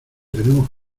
tenemos